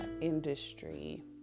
industry